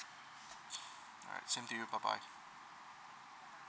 alright same to you bye bye